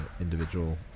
individual